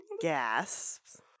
gasps